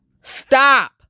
stop